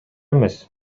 эмес